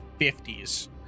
50s